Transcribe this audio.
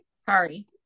Sorry